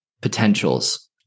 potentials